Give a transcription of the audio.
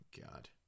god